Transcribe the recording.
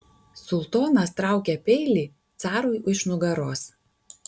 sultonas traukia peilį carui iš nugaros